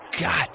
God